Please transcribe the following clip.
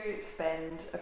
spend